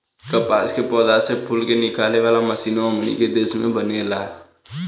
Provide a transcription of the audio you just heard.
कपास के पौधा से फूल के निकाले वाला मशीनों हमनी के देश में बनेला